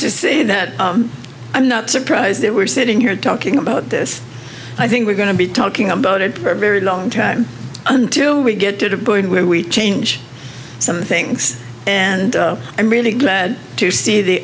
to say that i'm not surprised that we're sitting here talking about this i think we're going to be talking about it for a very long time until we get to the board where we change some things and i'm really glad to see the